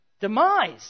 demise